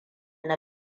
na